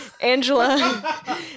Angela